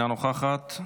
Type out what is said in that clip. אינה נוכחת,